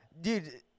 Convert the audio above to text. Dude